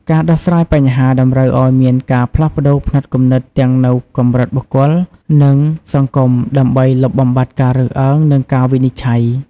ការដោះស្រាយបញ្ហានេះតម្រូវឱ្យមានការផ្លាស់ប្តូរផ្នត់គំនិតទាំងនៅកម្រិតបុគ្គល និងសង្គមដើម្បីលុបបំបាត់ការរើសអើងនិងការវិនិច្ឆ័យ។